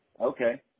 Okay